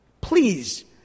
Please